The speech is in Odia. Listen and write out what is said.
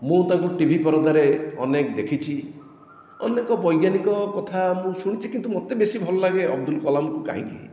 ମୁଁ ତାଙ୍କୁ ଟିଭି ପରଦାରେ ଅନେକ ଦେଖିଛି ଅନେକ ବୈଜ୍ଞାନିକ କଥା ମୁଁ ଶୁଣିଛି କିନ୍ତୁ ମୋତେ ବେଶୀ ଭଲ ଲାଗେ ଅବଦୁଲ କଲାମଙ୍କୁ କାହିଁକି